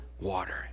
water